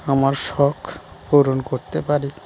আমার শখ পূরণ করতে পারি